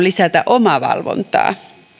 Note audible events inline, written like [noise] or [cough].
[unintelligible] lisätä omavalvontaa